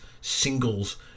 singles